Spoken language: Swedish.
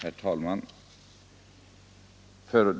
Herr talman!